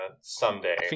someday